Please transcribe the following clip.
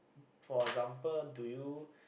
for example do you